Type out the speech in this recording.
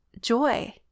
joy